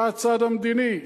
מה הצד המדיני?